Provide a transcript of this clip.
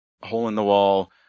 hole-in-the-wall